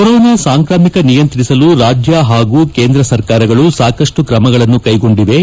corona ಸಾಂಕ್ರಾಮಿಕ ನಿಯಂತ್ರಿಸಲು ರಾಜ್ಯ ಹಾಗೂ ಕೇಂದ್ರ ಸರ್ಕಾರಗಳು ಸಾಕಷ್ಟು ಕ್ರಮಗಳನ್ನು ಕೈಗೊಂಡಿವೆ